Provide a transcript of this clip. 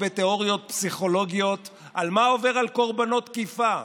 בתיאוריות פסיכולוגיות על מה שעובר על קורבנות תקיפה.